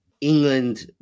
England